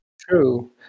True